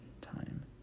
time